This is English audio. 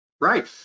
Right